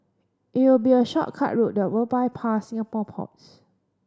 it will be a shortcut route that will bypass Singapore ports